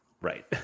Right